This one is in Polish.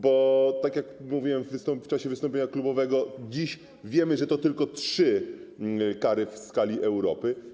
Bo tak jak mówiłem w czasie wystąpienia klubowego, dziś wiemy, że to tylko trzy kary w skali Europy.